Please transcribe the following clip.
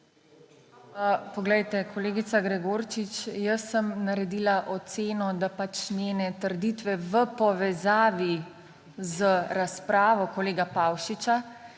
Poglejte, kolegica Gregorčič, jaz sem naredila oceno, da pač njene trditve v povezavi z razpravo kolega Pavšiča